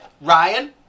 Ryan